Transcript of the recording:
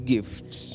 gifts